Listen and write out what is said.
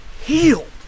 Healed